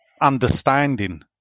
understanding